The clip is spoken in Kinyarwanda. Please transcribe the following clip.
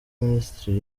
minisitiri